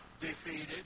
defeated